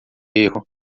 erro